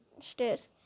stairs